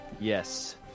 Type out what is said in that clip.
Yes